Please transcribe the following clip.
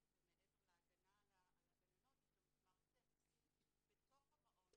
ומעבר להגנה על הגננות יש גם את מערכת היחסים בתוך המעון